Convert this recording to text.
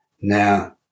Now